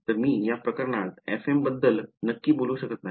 तर मी या प्रकरणात fm बद्दल नक्की बोलू शकत नाही